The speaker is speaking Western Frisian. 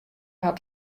hat